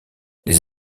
les